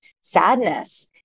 sadness